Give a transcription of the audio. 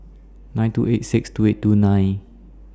nine two eight six two eight two nine